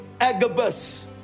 Agabus